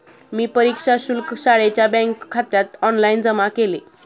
मी परीक्षा शुल्क शाळेच्या बँकखात्यात ऑनलाइन जमा केले